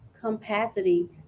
capacity